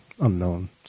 unknown